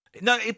No